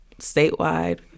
statewide